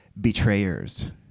betrayers